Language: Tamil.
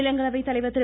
மாநிலங்களவைத் தலைவர் திரு